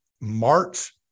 March